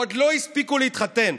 עוד לא הספיקו להתחתן?